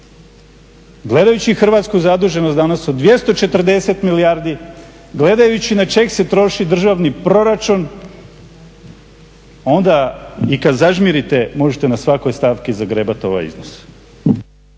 Gledajući hrvatsku zaduženost danas od 240 milijardi, gledajući na čeg se troši državni proračun onda i kad zažmirite možete na svakoj stavki zagrebat ovaj iznos.